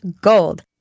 gold